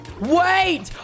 Wait